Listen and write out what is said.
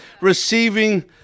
receiving